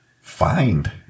Find